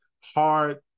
hard